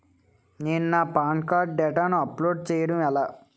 నేను నా PAN card డేటాను అప్లోడ్ చేయడం ఎలా?